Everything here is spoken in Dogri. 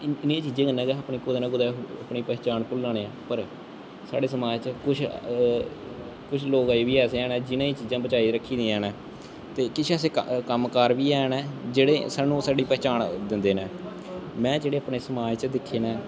इन इ'नें चीजें कन्नै गै अस अपनी कुदै ना कुदै अपनी पह्चान भुल्ला ने आं पर साढ़े समाज च कुछ कुछ लोग अजें बी ऐसे हैन जिनें एह् चीजां बचाइयै रक्खी दियां न ते किश ऐसे कम्म कार बी हैन जेह्ड़े सानूं साढ़ी पह्चान दिंदे न में जेह्ड़े अपने समाज च दिक्खे न